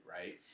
right